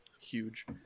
huge